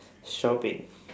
shopping